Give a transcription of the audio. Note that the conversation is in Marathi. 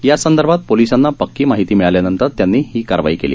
यासंदर्भात पोलीसांना पक्की माहिती मिळाल्यानंतर त्यांनी ही कारवाई केली